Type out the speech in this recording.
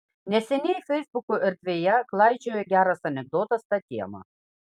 neseniai feisbuko erdvėje klaidžiojo geras anekdotas ta tema